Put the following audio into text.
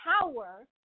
power